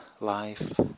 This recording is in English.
life